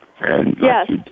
Yes